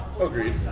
agreed